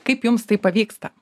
kaip jums tai pavyksta